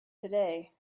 today